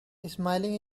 smiling